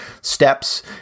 steps